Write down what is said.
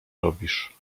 robisz